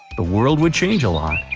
the world would change a lot.